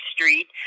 Street